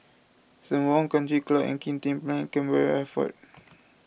Sembawang Country Club and Kim Tian Place Camborne